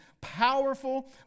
powerful